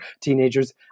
teenagers